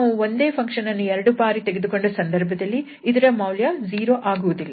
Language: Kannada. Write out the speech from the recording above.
ನಾವು ಒಂದೇ ಫಂಕ್ಷನ್ ಅನ್ನು ಎರಡು ಬಾರಿ ತೆಗೆದುಕೊಂಡ ಸಂದರ್ಭದಲ್ಲಿ ಇದರ ಮೌಲ್ಯ 0 ಆಗುವುದಿಲ್ಲ